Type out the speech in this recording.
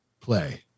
play